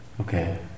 Okay